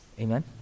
Amen